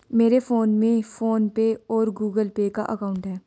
मेरे फोन में PhonePe और गूगल पे का अकाउंट है